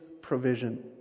provision